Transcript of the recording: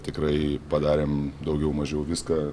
tikrai padarėm daugiau mažiau viską